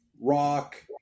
rock